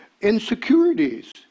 insecurities